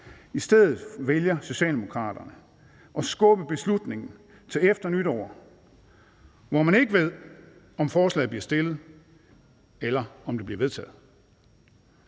I stedet vælger Socialdemokraterne at skubbe beslutningen til efter nytår, hvor man ikke ved, om forslaget bliver fremsat, eller om det bliver vedtaget.